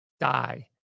die